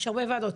יש הרבה ועדות.